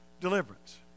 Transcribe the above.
deliverance